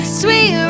sweet